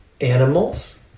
animals